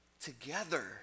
together